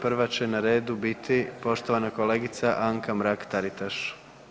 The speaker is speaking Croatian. Prva će na redu biti poštovana kolegica Anka Mrak Taritaš.